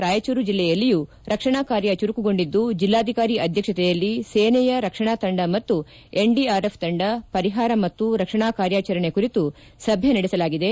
ರಾಯಜೂರು ಜಿಲ್ಲೆಯಲ್ಲಿಯೂ ರಕ್ಷಣಾ ಕಾರ್ಯ ಚುರುಕುಗೊಂಡಿದ್ದು ಜಿಲ್ಲಾಧಿಕಾರಿ ಆಧ್ಯಕ್ಷತೆಯಲ್ಲಿ ಸೇನೆಯ ರಕ್ಷಣಾ ತಂಡ ಮತ್ತು ಎನ್ಡಿಆರ್ಎಫ್ ತಂಡ ಪರಿಹಾರ ಮತ್ತು ರಕ್ಷಣಾ ಕಾರ್ಯಾಚರಣೆ ಕುರಿತು ಸಭೆ ನಡೆಸಲಾಗಿದೆ